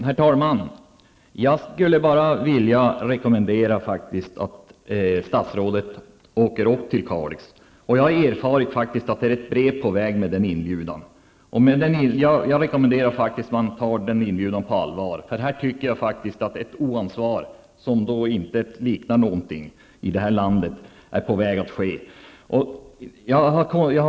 Herr talman! Jag skulle bara vilja rekommendera att statsrådet far till Kalix. Jag har faktiskt också erfarit att det är ett brev på väg med en inbjudan dit. Jag rekommenderar att han tar den inbjudan på allvar. En oansvarighet som inte liknar något annat är på väg mot sin fullbordan.